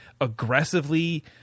aggressively